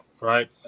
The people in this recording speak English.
right